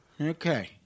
Okay